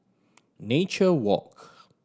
Nature Walk